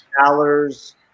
dollars